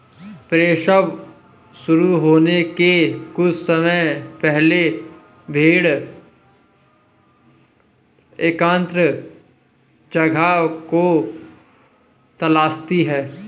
प्रसव शुरू होने के कुछ समय पहले भेड़ एकांत जगह को तलाशती है